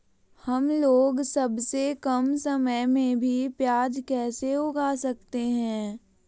हमलोग सबसे कम समय में भी प्याज कैसे उगा सकते हैं?